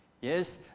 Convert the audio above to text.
Yes